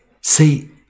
See